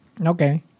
Okay